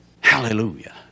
Hallelujah